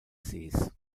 sees